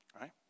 right